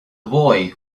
boy